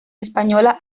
española